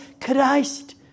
Christ